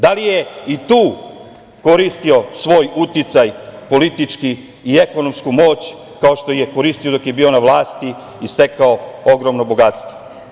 Da li je i tu koristio svoj uticaj političku i ekonomsku moć, kao što je koristio dok je bio na vlasti, i stekao ogromno bogatstvo?